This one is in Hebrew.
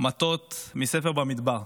מטות מספר במדבר.